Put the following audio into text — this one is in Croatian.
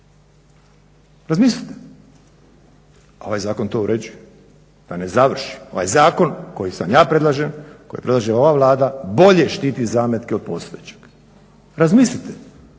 razmislite. Ovaj zakon to uređuje, pa ne završi, ovaj zakon koji sad ja predlažem, koji predlaže ova Vlada bolje štiti zametke od postojećeg. Razmislite,